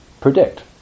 predict